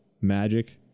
magic